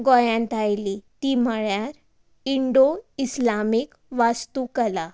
गोंयांत आयली ती म्हळ्यार इंडो इस्लामीक वास्तू कला